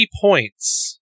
points